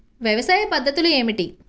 వ్యవసాయ పద్ధతులు ఏమిటి?